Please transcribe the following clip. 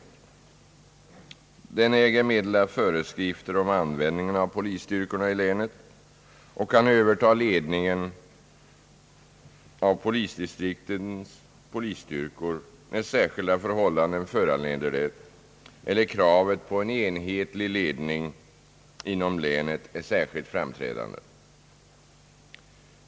Länsstyrelsen äger meddela föreskrifter om användningen av polisstyrkorna i länet och kan överta ledningen av polisdistriktens polisstyrkor, när särskilda förhållanden föranleder det eller kravet på enhetlig ledning inom länet är särskilt framträdande.